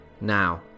Now